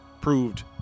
proved